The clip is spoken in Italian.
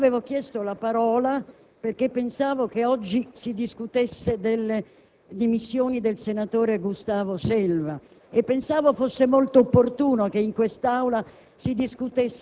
Signor Presidente, avevo chiesto la parola, perché pensavo che oggi si discutesse delle dismissioni del senatore Gustavo Selva